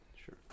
Sure